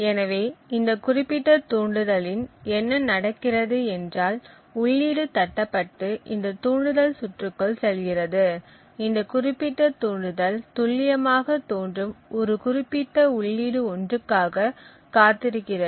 எனவே இந்த குறிப்பிட்ட தூண்டுதலில் என்ன நடக்கிறது என்றால் உள்ளீடு தட்டப்பட்டு இந்த தூண்டுதல் சுற்றுக்குள் செல்கிறது இந்த குறிப்பிட்ட தூண்டுதல் துல்லியமாக தோன்றும் குறிப்பிட்ட உள்ளீடு ஒன்றுக்காக காத்திருக்கிறது